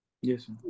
Yes